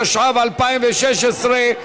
התשע"ו 2016,